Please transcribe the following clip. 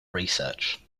research